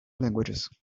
languages